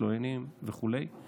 מתלוננים וכו'.